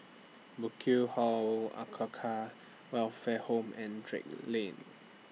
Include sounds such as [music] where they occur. Burkill Hall [unintelligible] Welfare Home and Drake Lane